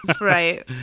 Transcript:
Right